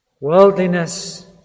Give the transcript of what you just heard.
Worldliness